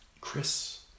Chris